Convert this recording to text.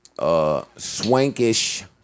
swankish